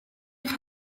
eich